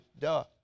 duh